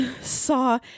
Saw